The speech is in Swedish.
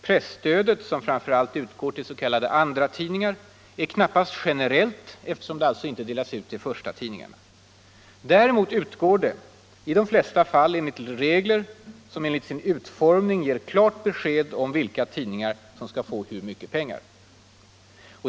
Presstödet, som framför allt utgår till s.k. andratidningar, är knappast generellt eftersom det alltså inte delas ut till förstatidningarna. Däremot utgår det i de flesta fall enligt regler som genom sin utformning ger klart besked om vilka tidningar som skall få hur mycket pengar.